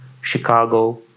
Chicago